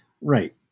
right